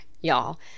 y'all